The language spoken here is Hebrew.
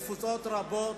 מתפוצות רבות,